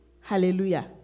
Hallelujah